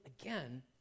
again